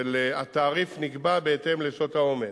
שהתעריף נקבע בהתאם לשעות העומס.